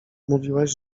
mówiłaś